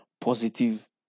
positive